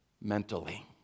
mentally